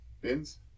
bins